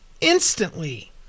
instantly